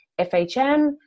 FHM